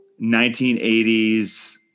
1980s